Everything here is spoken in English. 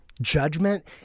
judgment